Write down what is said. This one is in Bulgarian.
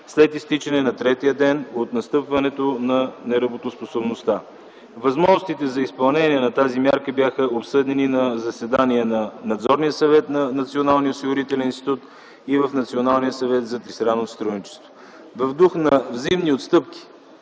след изтичане на третия ден от настъпване на неработоспособността. Възможностите за изпълнение на тази мярка бяха обсъдени на заседание на Надзорния съвет на Националния осигурителен институт и в Националния съвет за тристранно сътрудничество. В дух на взаимни отстъпки